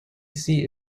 seat